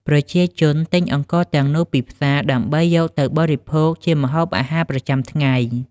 ប្រជាជនទិញអង្ករទាំងនោះពីផ្សារ ដើម្បីយកទៅបរិភោគជាម្ហូបអាហារប្រចាំថ្ងៃ។